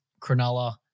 Cronulla